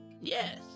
Yes